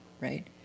right